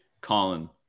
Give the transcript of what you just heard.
Colin